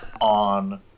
on